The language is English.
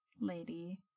lady